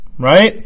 Right